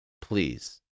please